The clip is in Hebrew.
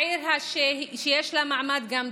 העיר שיש לה מעמד גם דתי,